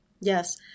Yes